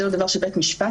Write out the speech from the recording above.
זה לא דבר שבית משפט,